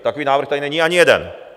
Takový návrh tady není ani jeden.